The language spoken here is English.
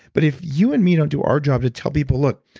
but if you and me don't do our job to tell people look,